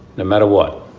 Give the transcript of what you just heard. no matter what,